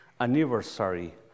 anniversary